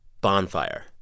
Bonfire